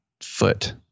foot